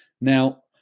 Now